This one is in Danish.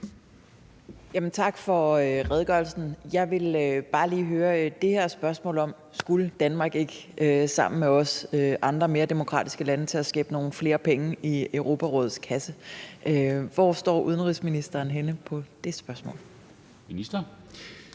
Tak for redegørelsen. Jeg vil bare lige høre, om ikke også Danmark sammen med andre mere demokratiske lande, skulle skæppe noget mere i Europarådets kasse. Hvor står udenrigsministeren henne i det spørgsmål? Kl.